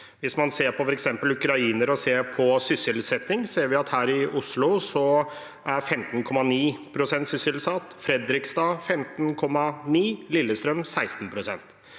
Hvis man ser på f.eks. ukrainere og sysselsetting, ser vi at her i Oslo er 15,9 pst. sysselsatt, i Fredrikstad 15,9 pst. og i Lillestrøm 16 pst.